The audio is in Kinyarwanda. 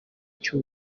cy’u